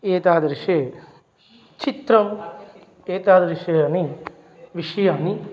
एतादृशे चित्रं एतादृशानि विषयानि